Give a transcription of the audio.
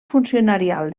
funcionarial